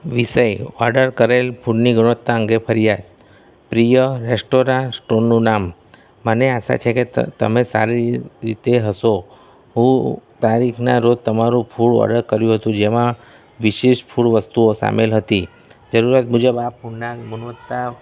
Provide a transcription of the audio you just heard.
વિષય ઓડર કરેલ ફૂડની ગુણવત્તા અંગે ફરિયાદ પ્રિય રેસ્ટોરા સ્ટોરનું નામ મને આશા છેકે તમે સારી રીતે હશો હું તારીખનાં રોજ તમારું ફૂડ ઓડર કર્યું હતું જેમાં વિશેષ ફૂડ વસ્તુઓ સામેલ હતી જરૂરત મુજબ આ ફૂડના ગુણવતા